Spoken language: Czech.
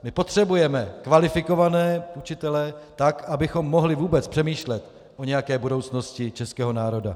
My potřebujeme kvalifikované učitele, tak abychom mohli vůbec přemýšlet o nějaké budoucnosti českého národa.